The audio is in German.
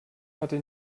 hatte